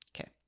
Okay